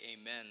amen